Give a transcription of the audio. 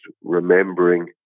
remembering